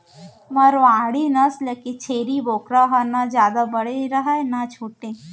मारवाड़ी नसल के छेरी बोकरा ह न जादा बड़े रहय न छोटे